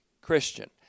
Christian